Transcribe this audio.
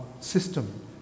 system